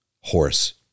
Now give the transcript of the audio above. horse